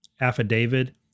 affidavit